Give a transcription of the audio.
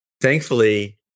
Thankfully